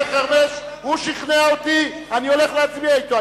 אין בארץ טונה, לא מגדלים טונה.